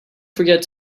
forget